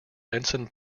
benson